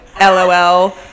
LOL